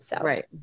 Right